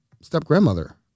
step-grandmother